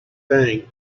thing